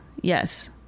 Yes